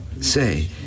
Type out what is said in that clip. say